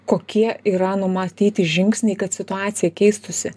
kokie yra numatyti žingsniai kad situacija keistųsi